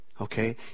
Okay